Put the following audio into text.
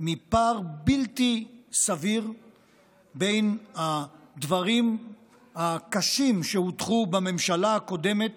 מפער בלתי סביר בין הדברים הקשים שהוטחו בממשלה הקודמת